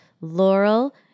Laurel